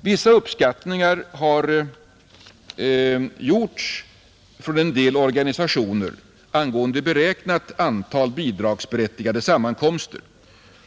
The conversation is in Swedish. Vissa uppskattningar har gjorts av en del organisationer angående beräknat antal bidragsberättigade sammankomster.